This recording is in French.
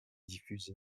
diffusé